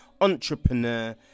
entrepreneur